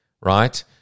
Right